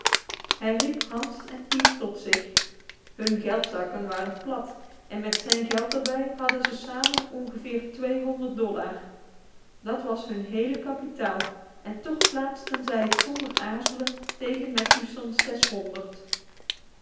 hij riep hans en pete tot zich hun geldzakken waren plat en met zijn geld er bij hadden ze samen ongeveer tweehonderd dollar dat was hun hele kapitaal en toch plaatsten zij het zonder aarzelen tegen matthewson's